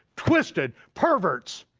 twisted perverts,